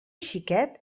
xiquet